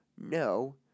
No